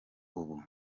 ubu